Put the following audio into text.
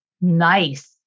Nice